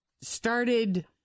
started